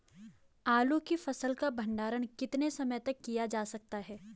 आलू की फसल का भंडारण कितने समय तक किया जा सकता है?